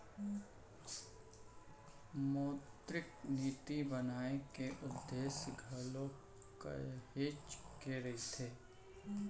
मौद्रिक नीति बनाए के उद्देश्य घलोक काहेच के रहिथे